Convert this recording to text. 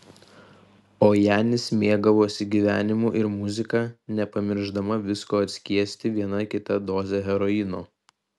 o janis mėgavosi gyvenimu ir muzika nepamiršdama visko atskiesti viena kita doze heroino